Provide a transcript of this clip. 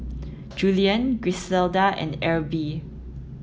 Julien Griselda and Erby